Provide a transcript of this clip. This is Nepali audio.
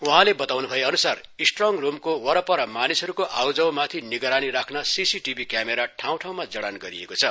वहाँले बताउन् भएअन्सार स्ट्रङ रूमको परपर मानिसहरूका आवजावमाथि निगरानी राख्न सिसि टिभि क्यामेरा ठाउँमा जड़ान गरिएको छ